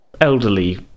elderly